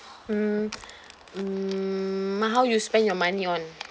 mm mm ma how you spend your money on